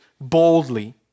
boldly